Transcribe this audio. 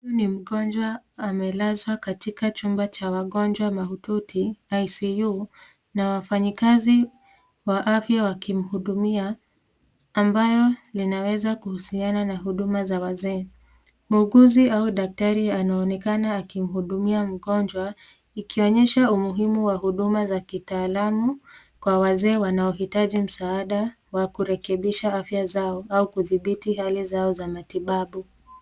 Huyu ni mgonjwa amelazwa kwenye kitanda katika chumba cha wagonjwa mahututi ICU na wafanyikazi wa afya wakimhudumia ambayo linaweza kuhusiana na huduma za wazee. Muuguzi au daktari anaonekana akihudumia mgonjwa, ikionyesha umuhimu wa huduma za kitaalamu kwa wazee wanaohitaji msaada wa kurekebisha afya zao au kudhibiti hali zao za matibabu.